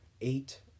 eight